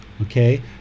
Okay